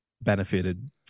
benefited